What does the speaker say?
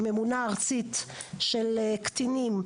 שהיא ממונה ארצית של קטינים,